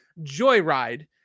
Joyride